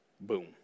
Boom